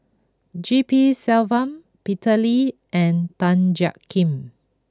G P Selvam Peter Lee and Tan Jiak Kim